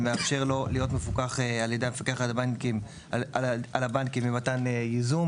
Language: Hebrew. וזה מאפשר לו להיות מפוקח על ידי המפקח על הבנקים למתן ייזום